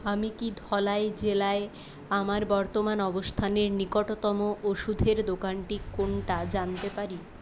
আমি কি ধলাই জেলায় আমার বর্তমান অবস্থানের নিকটতম ওষুধের দোকানটি কোনটা জানতে পারি